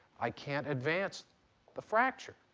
i can't advance the fracture.